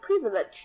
privilege